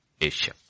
Asia